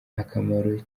akamaro